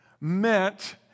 meant